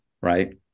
right